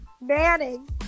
Manning